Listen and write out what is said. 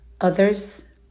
others